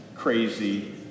Crazy